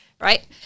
right